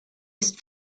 ist